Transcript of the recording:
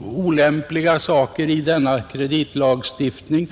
olämpliga inslag i kreditlagstiftningen.